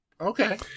Okay